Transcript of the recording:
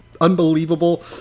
unbelievable